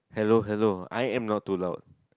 hello hello I am not too loud